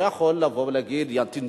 אין.